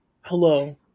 Hello